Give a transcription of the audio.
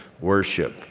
worship